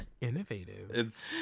Innovative